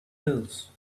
pills